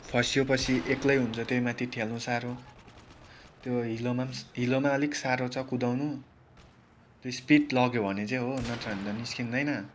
फस्यो पछि एक्लै हुन्छ त्यही माथि ठेल्नु साह्रो त्यो हिलोमा पनि हिलोमा अलिक साह्रो छ कुदाउनु त्यो स्पिड लग्यो भने चाहिँ हो नत्र भने त निस्किँदैन